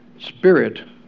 spirit